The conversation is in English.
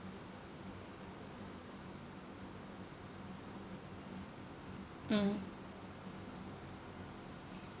mm